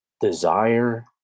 desire